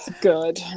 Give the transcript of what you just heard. Good